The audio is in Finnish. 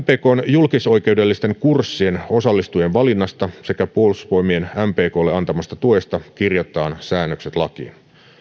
julkisoikeudellisten kurssien osallistujien valinnasta sekä puolustusvoimien mpklle antamasta tuesta kirjataan säännökset lakiin